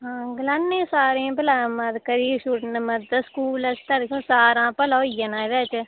हां गलान्नी आं सारें ई भला मत करी गै छोड़न मदद स्कूल आस्तै दिक्खो सारां दा भला होई जाना एह्दे च